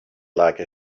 like